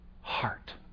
heart